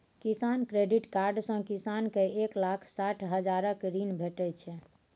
किसान credit card सँ किसान केँ एक लाख साठि हजारक ऋण भेटै छै